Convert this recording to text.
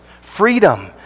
freedom